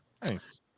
Thanks